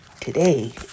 today